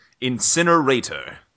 Incinerator